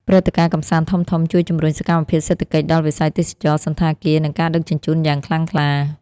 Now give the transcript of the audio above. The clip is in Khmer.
ព្រឹត្តិការណ៍កម្សាន្តធំៗជួយជំរុញសកម្មភាពសេដ្ឋកិច្ចដល់វិស័យទេសចរណ៍ សណ្ឋាគារ និងការដឹកជញ្ជូនយ៉ាងខ្លាំងក្លា។